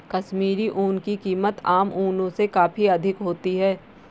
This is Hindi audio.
कश्मीरी ऊन की कीमत आम ऊनों से काफी अधिक होती है